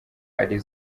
ari